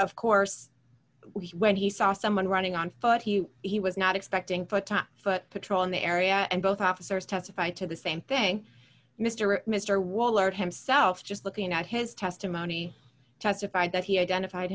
of course when he saw someone running on foot he he was not expecting but time foot patrol in the area and both officers testified to the same thing mr mr waller himself just looking at his testimony testified that he identified